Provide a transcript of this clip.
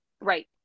Right